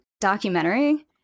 documentary